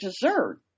dessert